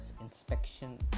inspection